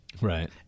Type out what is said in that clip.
Right